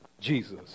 Jesus